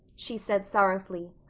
she said sorrowfully,